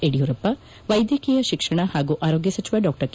ಯಡಿಯೂರಪ್ಪ ವೈದ್ಯಕೀಯ ಶಿಕ್ಷಣ ಹಾಗೂ ಆರೋಗ್ಯ ಸಚಿವ ಡಾ ಕೆ